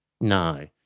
No